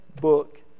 book